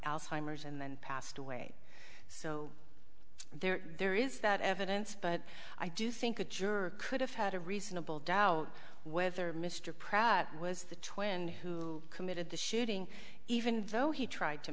alzheimer's and then passed away so there is that evidence but i do think a juror could have had a reasonable doubt whether mr pratt was the twin who committed the shooting even though he tried to